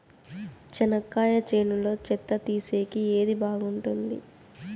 చెనక్కాయ చేనులో చెత్త తీసేకి ఏది బాగుంటుంది?